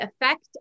effect